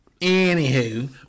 Anywho